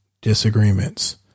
disagreements